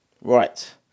Right